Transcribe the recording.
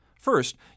First